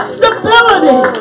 stability